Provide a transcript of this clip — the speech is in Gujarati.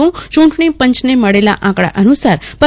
યૂંટણી પંચને મળેલા આંકડા અનુસાર પ